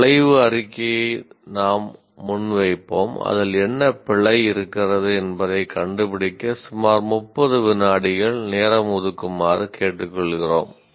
ஒரு விளைவு அறிக்கையை நாம் முன்வைப்போம் அதில் என்ன பிழை இருக்கிறது என்பதைக் கண்டுபிடிக்க சுமார் 30 விநாடிகள் நேரம் ஒதுக்குமாறு கேட்டுக்கொள்கிறோம்